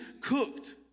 cooked